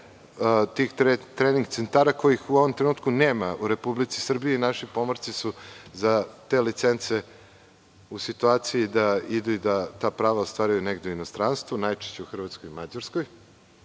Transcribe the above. tih trening centara kojih u ovom trenutku nema u Republici Srbiji. Naši pomorci su za te licence u situaciji da idu i da ta prava ostvaruju negde u inostranstvu, najčešće u Hrvatskoj i Mađarskoj. Znam